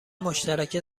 مشترک